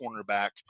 cornerback